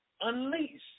unleash